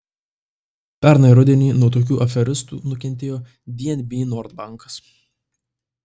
pernai rudenį nuo tokių aferistų nukentėjo dnb nord bankas